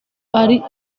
ari